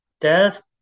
death